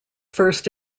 first